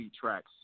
tracks